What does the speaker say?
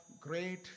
great